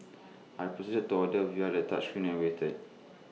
I proceeded to order via the touchscreen and waited